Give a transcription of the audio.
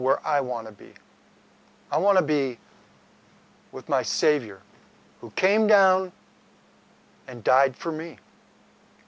where i want to be i want to be with my savior who came down and died for me